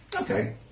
okay